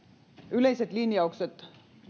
yleiset linjaukset